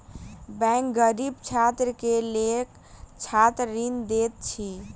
bank गरीब छात्र के लेल छात्र ऋण दैत अछि